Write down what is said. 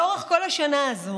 לאורך כל השנה הזאת